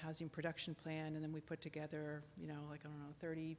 housing production plan and then we put together you know like a thirty